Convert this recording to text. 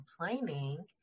complaining